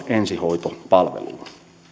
ensihoitopalveluun